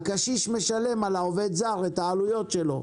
הקשיש משלם על העובד הזר את העלויות שלו,